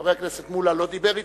חבר הכנסת מולה לא דיבר אתי,